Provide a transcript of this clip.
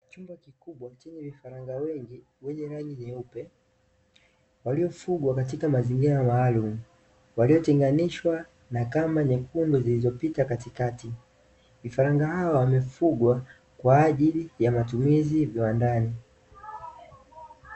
Chumba kikubwa chenye vifaranga wengi wenye rangi nyeupe, waliofugwa katika mazingira maalumu, waliotengenishwa na kamba nyekundu zilizopita katikati. Vifaranga hawa wamefugwa kwa ajili ya matumizi viwandani.